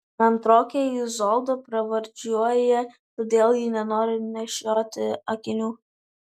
antrokę izoldą pravardžiuoja todėl ji nenori nešioti akinių